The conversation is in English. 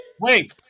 Wait